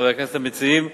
חברי הכנסת המציעים,